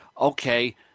okay